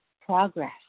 progress